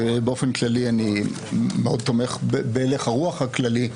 באופן כללי אני מאוד תומך בהלך הרוח הכללי,